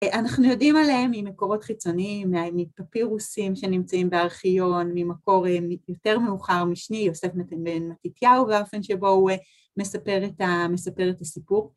אנחנו יודעים עליהם ממקורות חיצוניים, מפפירוסים שנמצאים בארכיון, ממקור יותר מאוחר משני, יוסף בן מתתיהו, והאופן שבו הוא מספר את הסיפור.